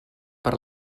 per